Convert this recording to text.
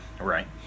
right